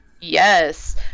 Yes